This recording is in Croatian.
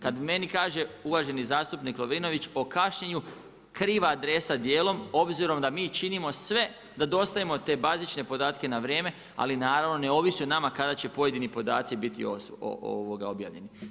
Kada meni kaže uvaženi zastupnik Lovrinović o kašnjenju, kriva adresa dijelom obzirom da mi činimo sve da dostavimo te bazične podatke na vrijeme, ali naravno ne ovisi o nama kada će pojedini podaci biti objavljeni.